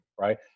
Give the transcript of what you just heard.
Right